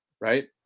Right